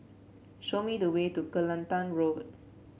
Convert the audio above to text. show me the way to Kelantan Road